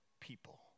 people